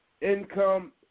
income